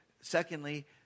Secondly